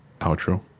outro